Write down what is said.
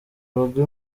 rugo